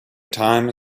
time